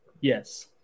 Yes